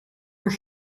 mijn